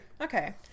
Okay